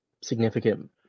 significant